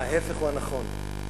ההיפך הוא הנכון.